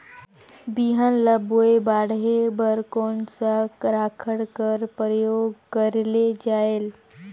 बिहान ल बोये बाढे बर कोन सा राखड कर प्रयोग करले जायेल?